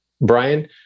Brian